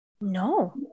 No